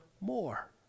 more